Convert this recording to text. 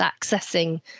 accessing